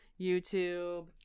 YouTube